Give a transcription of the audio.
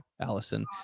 allison